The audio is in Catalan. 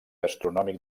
astronòmic